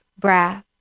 breath